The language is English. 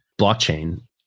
blockchain